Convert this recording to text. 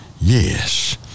yes